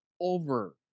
over